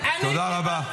תודה רבה.